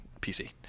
PC